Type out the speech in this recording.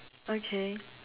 okay